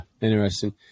interesting